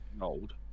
Old